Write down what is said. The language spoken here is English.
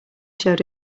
showed